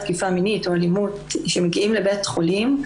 תקיפה מינית או אלימות שמגיעים לבית חולים,